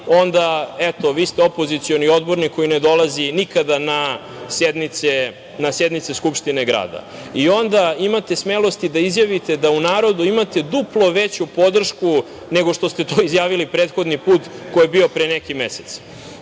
onda eto vi ste opozicioni odbornik koji ne dolazi nikada na sednice Skupštine Grada. Onda imate smelosti da izjavite da u narodu imate duplo veću podršku, nego što ste to izjavili prethodni put koji je bio pre neki mesec. Doduše